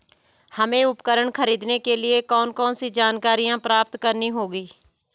हमें उपकरण खरीदने के लिए कौन कौन सी जानकारियां प्राप्त करनी होगी?